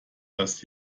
dass